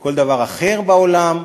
כל דבר אחר בעולם,